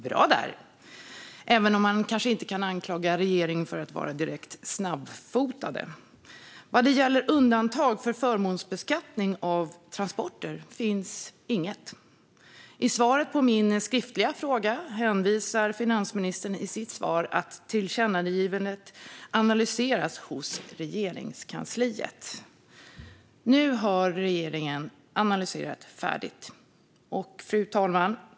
Bra där, även om man kanske inte kan anklaga regeringen för att vara direkt snabbfotad. Vad gäller undantag för förmånsbeskattning av transporter finns inget. I svaret på min skriftliga fråga hänvisar finansministern till att tillkännagivandet analyseras hos Regeringskansliet. Nu har regeringen analyserat färdigt.